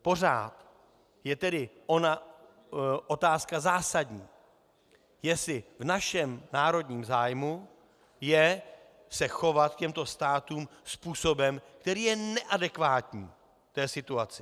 Pořád je tedy ona otázka zásadní, jestli v našem národním zájmu je se chovat k těmto státům způsobem, který je neadekvátní té situaci.